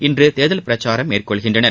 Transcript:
இன்று தேர்தல் பிரச்சாரம் மேற்கொள்கின்றனர்